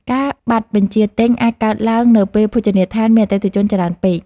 ការបាត់បញ្ជាទិញអាចកើតឡើងនៅពេលភោជនីយដ្ឋានមានអតិថិជនច្រើនពេក។